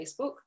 Facebook